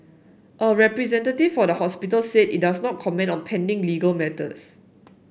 a representative for the hospital said it does not comment on pending legal matters